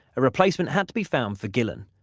a replacement had to be found for gillan.